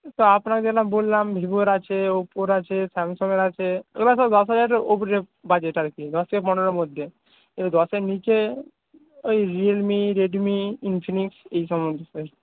তা আপনাকে না বললাম ভিভোর আছে ওপোর আছে স্যামসাংয়ের আছে এরা সব দশ হাজারের উপরে বাজেট আর কি দশ থেকে পনেরোর মধ্যে এবার দশের নিচে ওই রিয়েলমি রেডমি ইনফিনিক্স এইসব আসবে